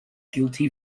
guilty